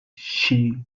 she